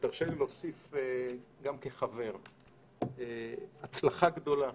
ותרשה לי להוסיף גם כחבר, הצלחה גדולה